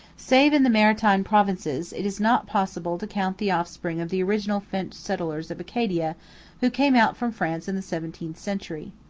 save in the maritime provinces, it is not possible to count the offspring of the original french settlers of acadia who came out from france in the seventeenth century.